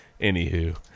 anywho